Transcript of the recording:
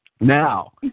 Now